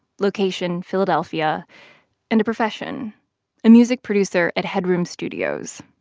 location philadelphia and a profession a music producer at headroom studios,